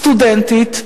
סטודנטית,